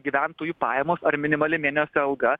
gyventojų pajamos ar minimali mėnesio alga